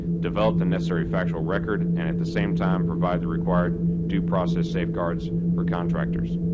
develop the necessary factual record and at the same time, provide the required due process safeguards for contractors.